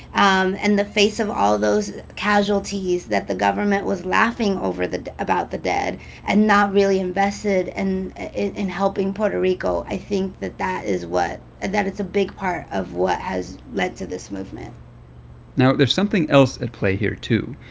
um and the face of all those casualties, that the government was laughing over about the dead and not really invested and in helping puerto rico, i think that that is what and that it's a big part of what has led to this movement now, there's something else at play here, too.